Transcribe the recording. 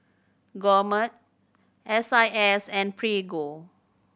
Gourmet S I S and Prego